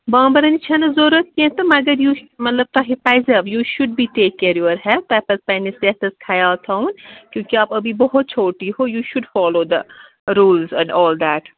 بامبَرَنٕچ چھَنہٕ ضروٗرت کیٚنٛہہ تہٕ مگر یُس مطلب تۄہہِ پَزیو you should be take care your health تۄہہِ پَزِ پنٕنِس صحتس خیال تھاوُن کیٛوٗنٛکہِ آپ ابھی بہت چھوٹی ہو you should follow the rules and all that